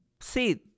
see